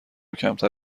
کمتر